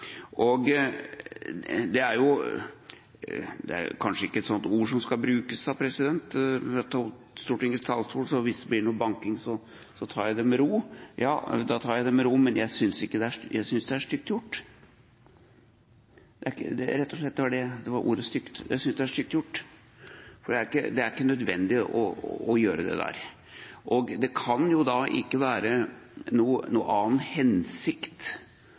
todagersvalg. Det har jo ikke vært noe problem, så jeg forstår egentlig ikke hvorfor man gjør dette. De prinsipielle argumentene kan man legge til side hvis man vil, men her vil man det altså ikke. Dette synes jeg er – det er kanskje ikke et sånt ord som skal brukes fra Stortingets talerstol, president, så hvis det blir noe banking, tar jeg det med ro – stygt gjort. Det er rett og slett ordet stygt – jeg synes det er stygt gjort, for det er ikke nødvendig å gjøre dette. Det kan jo ikke være noen annen hensikt med dette enn å gjøre det